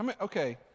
Okay